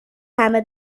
همه